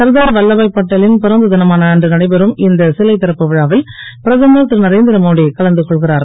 சர்தார் வல்லபா பட்டேலின் பிறந்த னமான அன்று நடைபெறும் இந்த சிலை றப்பு விழாவில் பிரதமர் ரு நரேந் ரமோடி கலந்து கொள்கிறார்